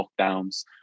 lockdowns